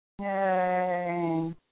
Yay